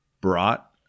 brought